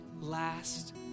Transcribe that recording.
last